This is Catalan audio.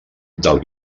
del